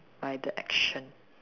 by the action